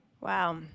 Wow